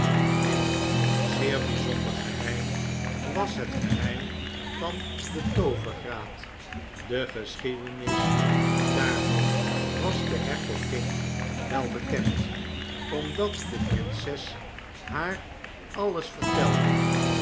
dit zeer bijzonder geheim was het geheim van de toovergraat de geschiedenis daarvan was de hertogin wel bekend omdat de prinses haar alles vertelde